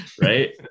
Right